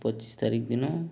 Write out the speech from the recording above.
ପଚିଶ ତାରିଖ ଦିନ